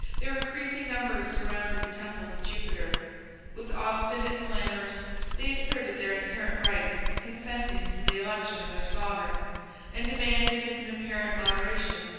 their increasing numbers surrounded the temple of jupiter with obstinate clamors they asserted their inherent right of consenting to the election of their sovereign and demanded, with an apparent moderation,